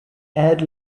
add